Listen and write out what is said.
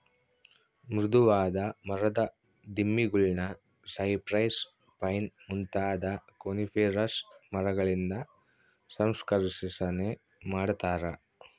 ಮೃದುವಾದ ಮರದ ದಿಮ್ಮಿಗುಳ್ನ ಸೈಪ್ರೆಸ್, ಪೈನ್ ಮುಂತಾದ ಕೋನಿಫೆರಸ್ ಮರಗಳಿಂದ ಸಂಸ್ಕರಿಸನೆ ಮಾಡತಾರ